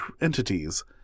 entities